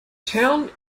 town